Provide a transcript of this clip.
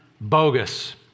bogus